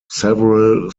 several